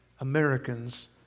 Americans